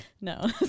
No